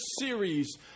series